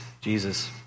Jesus